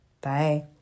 Bye